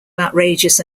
outrageous